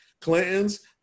Clintons